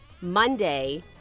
Monday